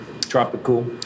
Tropical